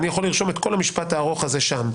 אני יכולה לרשום את כל המשפט הארוך הזה שם.